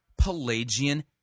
Pelagian